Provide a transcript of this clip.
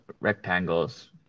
rectangles